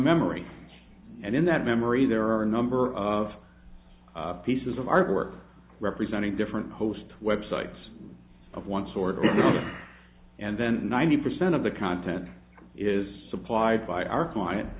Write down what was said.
memory and in that memory there are a number of pieces of artwork representing different host web sites of one sort or there and then ninety percent of the content is supplied by our